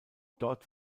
dort